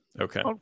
Okay